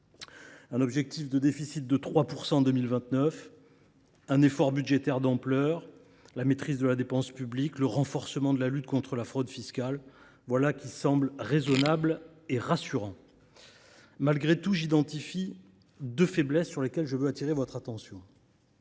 Un objectif de déficit de 3 % du PIB en 2029, un effort budgétaire d’ampleur, la maîtrise de la dépense publique, le renforcement de la lutte contre la fraude fiscale : tout cela semble raisonnable et rassurant. Malgré tout, j’identifie deux faiblesses sur lesquelles je veux attirer votre attention.